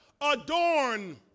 Adorn